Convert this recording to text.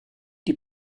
die